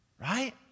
Right